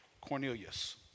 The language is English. Cornelius